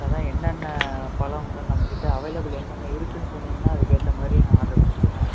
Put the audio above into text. அதுதான் என்னென்ன பழங்கள் நம்மகிட்ட அவைலபில் என்னென்ன இருக்குதுன்னு சொன்னிங்கன்னால் அதுக்கேற்ற மாதிரி நான் ஆர்டர் கொடுத்துருவேன்